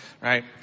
right